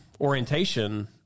orientation